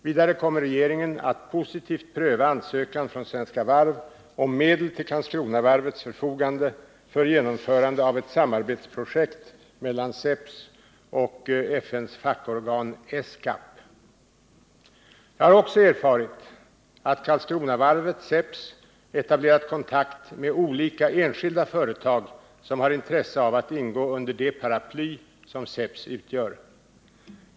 Vidare kommer regeringen att positivt pröva ansökan från Svenska Varv AB om medel till Karlskronavarvets förfogande för genomförande av ett samarbetsprojekt mellan SEPS och FN:s fackorgan ESCAP. Jag har också erfarit att Karlskronavarvet/SEPS etablerat kontakt med de olika enskilda företag som har intresse av att ingå under det paraply som SEPS utgör.